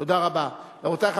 תודה רבה.